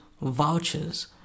vouchers